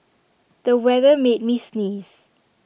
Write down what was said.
the weather made me sneeze